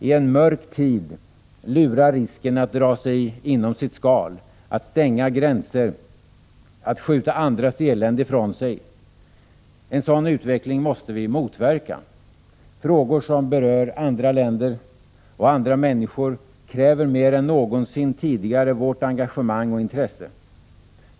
I en mörk tid lurar risken att man vill dra sig inom sitt skal, stänga gränser och skjuta andras elände ifrån sig. En sådan utveckling måste vi motverka. Frågor som berör andra länder och andra människor kräver mer än någonsin tidigare vårt engagemang och intresse.